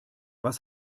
was